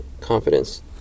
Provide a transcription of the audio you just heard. confidence